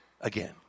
again